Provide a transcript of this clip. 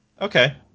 Okay